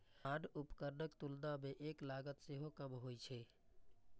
आन उपकरणक तुलना मे एकर लागत सेहो कम होइ छै